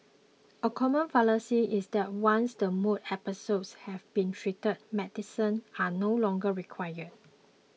a common fallacy is that once the mood episodes have been treated medicines are no longer required